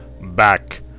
Back